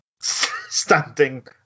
standing